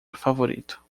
favorito